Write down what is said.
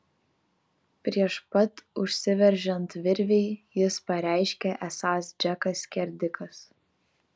prieš pat užsiveržiant virvei jis pareiškė esąs džekas skerdikas